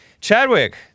Chadwick